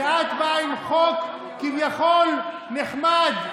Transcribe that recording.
ואת באה עם חוק כביכול נחמד,